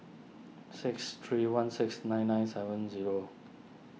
six three one six nine nine seven zero